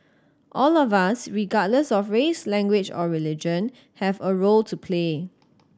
all of us regardless of race language or religion have a role to play